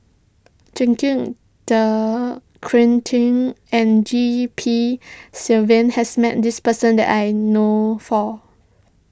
Jacques De Coutre and G P Selvam has met this person that I know of